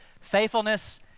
Faithfulness